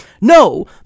No